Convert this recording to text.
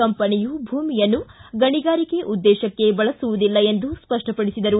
ಕಂಪನಿಯು ಭೂಮಿಯನ್ನು ಗಣಿಗಾರಿಕೆ ಉದ್ದೇಶಕ್ತೆ ಬಳಸುವುದಿಲ್ಲ ಎಂದು ಸ್ಪಷ್ಟಪಡಿಸಿದರು